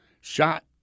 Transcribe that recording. Shot